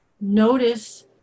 Notice